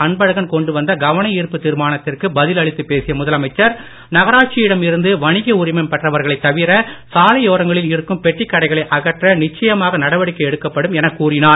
அன்பழகன் கொண்டு வந்த கவன ஈர்ப்புத் தீர்மானத்திற்கு பதில் அளித்துப் பேசிய முதலமைச்சர் நகராட்சியிடம் இருந்து வணிக உரிமம் பெற்றவர்களைத் தவிர சாலையோரங்களில் இருக்கும் பெட்டிக் கடைகளை அகற்ற நிச்சயமாக நடவடிக்கை எடுக்கப்படும் என கூறினார்